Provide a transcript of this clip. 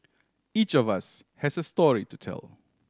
each of us has a story to tell